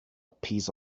piece